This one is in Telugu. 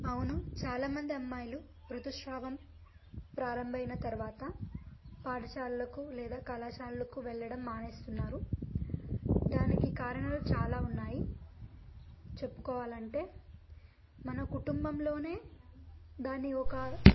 అవును చాలామంది అమ్మాయిలు ఋతుస్రావం ప్రారంభమైన తర్వాత పాఠశాలలకు లేదా కళాశాలలకు వెళ్ళడం మానేస్తున్నారు దానికి కారణాలు చాలా ఉన్నాయి చెప్పుకోవాలంటే మన కుటుంబంలోనే దాన్ని ఒక